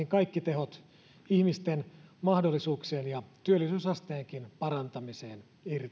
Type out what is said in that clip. kaikki tehot irti ihmisten mahdollisuuksien ja työllisyysasteenkin parantamiseen